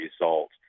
results